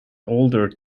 older